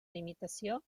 limitació